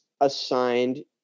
assigned